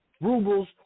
rubles